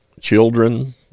children